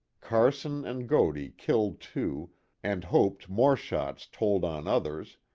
carson and godey killed two and hoped more shots told on others,